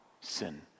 sin